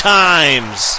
times